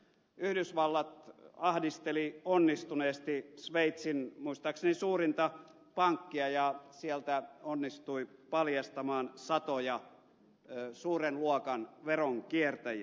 yhdysvallat ahdisteli onnistuneesti sveitsin muistaakseni suurinta pankkia ja sieltä onnistui paljastamaan satoja suuren luokan veronkiertäjiä